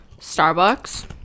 starbucks